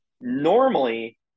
normally